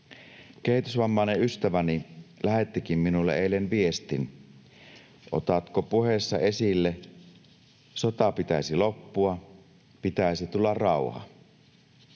Kehitysvammainen ystäväni lähettikin minulle eilen viestin: ”Otatko puheessa esille: sodan pitäisi loppua, pitäisi tulla rauha?”